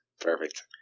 Perfect